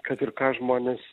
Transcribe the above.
kad ir ką žmonės